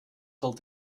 soll